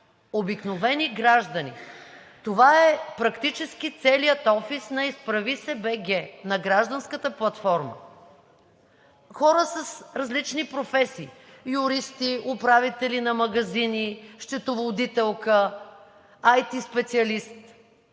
обикновени граждани. Това е практически целият офис на „Изправи се. БГ!“, на гражданската платформа – хора с различни професии – юристи, управители на магазини, счетоводителка, IT специалист.